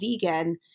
vegan